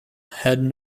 had